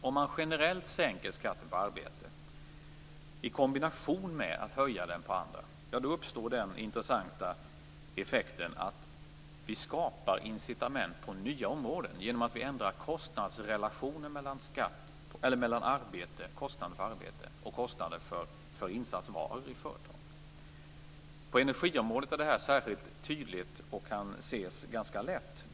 Om man generellt sänker skatten på arbete i kombination med att höja den på andra områden uppstår den intressanta effekten att vi skapar incitament på nya områden genom att vi ändrar relationen mellan kostnaden för arbete och kostnaden för insatsvaror i företag. På energiområdet är det här särskilt tydligt och kan ses ganska lätt.